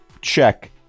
check